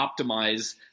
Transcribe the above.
optimize